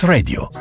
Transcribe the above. Radio